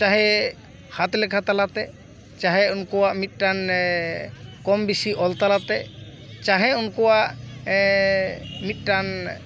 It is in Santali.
ᱪᱟᱦᱮ ᱦᱟᱛ ᱞᱮᱠᱷᱟ ᱛᱟᱞᱟᱛᱮ ᱪᱟᱦᱮ ᱩᱱᱠᱩᱣᱟᱜ ᱢᱤᱫᱴᱟᱱ ᱠᱚᱢ ᱵᱤᱥᱤ ᱚᱞ ᱛᱟᱞᱟᱛᱮ ᱪᱮᱦᱮ ᱩᱱᱠᱩᱣᱟᱜ ᱢᱤᱫᱴᱟᱝ